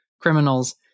criminals